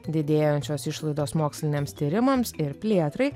didėjančios išlaidos moksliniams tyrimams ir plėtrai